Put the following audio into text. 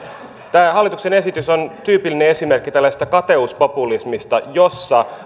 tämä hallituksen esitys on tyypillinen esimerkki tällaisesta kateuspopulismista jossa